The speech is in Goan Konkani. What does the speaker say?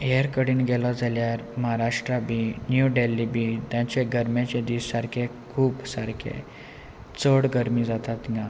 हेर कडेन गेलो जाल्यार महाराष्ट्रा बी न्यू देल्ली बी तांचे गरमेचे दीस सारके खूब सारके चड गरमी जातात